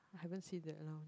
haven't see that around